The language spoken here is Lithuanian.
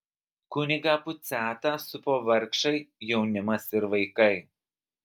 kunigą puciatą supo vargšai jaunimas ir vaikai